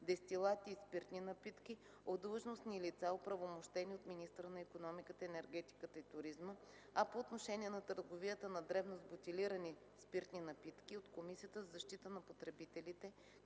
дестилати и спиртни напитки – от длъжностни лица, оправомощени от министъра на икономиката, енергетиката и туризма, а по отношение на търговията на дребно с бутилирани спиртни напитки – от Комисията за защита на потребителите